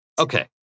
Okay